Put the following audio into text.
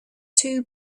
two